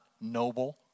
noble